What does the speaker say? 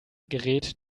gerät